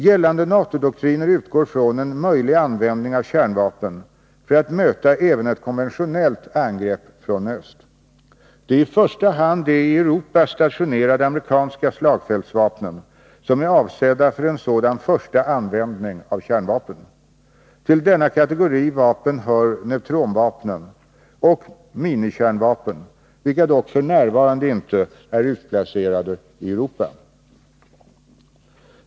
Gällande NATO-doktriner utgår från en möjlig användning av kärnvapen för att möta även ett konventionellt angrepp från öst. Det är i första hand de i Europa stationerade amerikanska slagfältsvapnen som är avsedda för en sådan första användning av kärnvapen. Till denna kategori vapen hör neutronvapnen och ”minikärnvapen”, vilka dock f.n. inte är utplacerade i Europa.